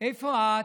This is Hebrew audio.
איפה את,